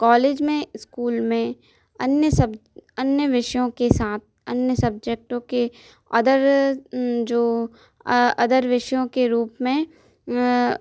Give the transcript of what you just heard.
college में school में अन्य सब अन्य विषयों के साथ अन्य सब्जेक्टों के अदर जो अदर विषयों के रूप में